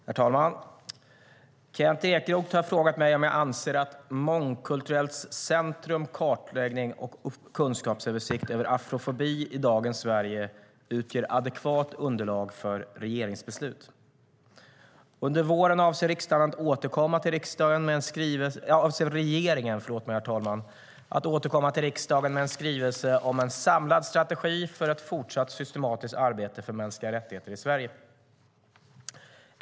Herr talman! Kent Ekeroth har frågat mig om jag anser att Mångkulturellt centrums kartläggning och kunskapsöversikt över afrofobi i dagens Sverige utgör adekvat underlag för regeringsbeslut. Under våren avser regeringen att återkomma till riksdagen med en skrivelse om en samlad strategi för ett fortsatt systematiskt arbete för mänskliga rättigheter i Sverige.